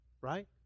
right